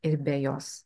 ir be jos